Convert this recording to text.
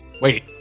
Wait